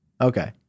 Okay